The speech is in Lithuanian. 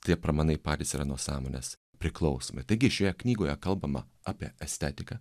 tie pramanai patys yra nuo sąmonės priklausomi taigi šioje knygoje kalbama apie estetiką